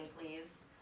please